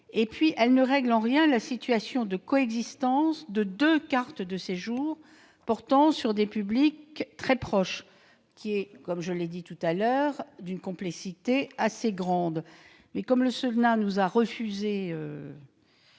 France. Il ne règle en rien la situation de coexistence de deux cartes de séjour concernant des publics très proches, qui est, comme je l'ai dit tout à l'heure, d'une complexité assez grande. Comme le Sénat a refusé